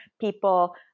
people